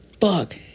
fuck